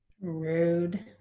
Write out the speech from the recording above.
Rude